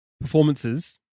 performances